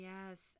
Yes